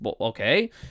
okay